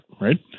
right